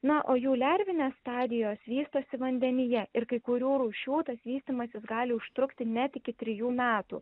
na o jų lervinės stadijos vystosi vandenyje ir kai kurių rūšių tas vystymasis gali užtrukti net iki trijų metų